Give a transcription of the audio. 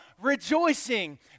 rejoicing